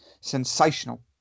sensational